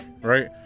right